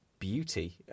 beauty